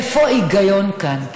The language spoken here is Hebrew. איפה ההיגיון כאן?